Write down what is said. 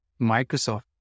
Microsoft